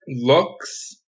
looks